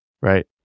right